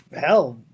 hell